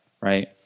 right